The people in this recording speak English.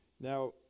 Now